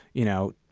you know,